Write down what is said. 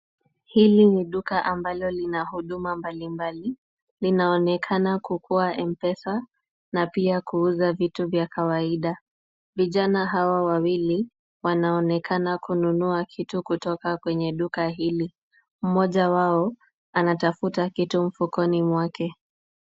Hili ni duka ambalo lina huduma mbalimbali. Linaonekana kukuwa mpesa na pia kuuza vitu vya kawaida. Vijana hawa wawili wanaonekana kununua kitu kutoka kwenye duka hili. Mmoja wao anatafuta kitu mfukoni mwake.